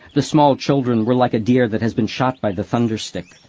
the small children were like a deer that has been shot by the thunder stick.